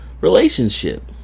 relationship